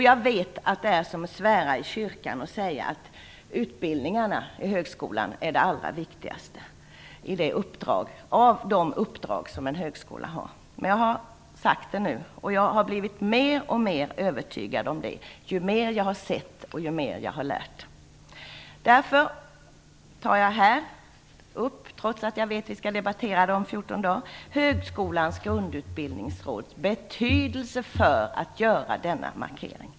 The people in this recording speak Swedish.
Jag vet att det är som att svära i kyrkan att säga att utbildningarna i högskolan är det allra viktigaste av de uppdrag som en högskola har. Jag har blivit mer och mer övertygad om detta ju mer jag har sett och lärt. Jag har därför, trots att jag vet vi skall debattera detta om 14 dagar, här velat markera högskolans grundutbildningsroll.